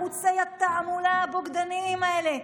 ערוצי התעמולה הבוגדניים האלה,